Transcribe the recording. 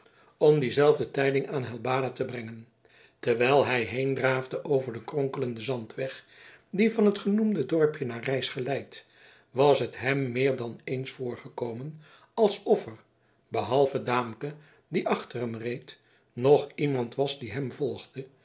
om die zelfde tijding aan helbada te brengen terwijl hij heendraafde over den kronkelenden zandweg die van het genoemde dorpje naar rys geleidt was het hem meer dan eens voorgekomen alsof er behalve daamke die achter hem reed nog iemand was die hem volgde